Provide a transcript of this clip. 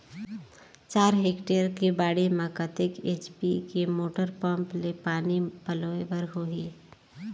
चार हेक्टेयर के बाड़ी म कतेक एच.पी के मोटर पम्म ले पानी पलोय बर होही?